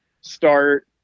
start –